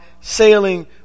sailing